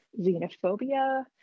xenophobia